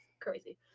crazy